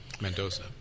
Mendoza